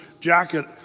jacket